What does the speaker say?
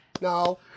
No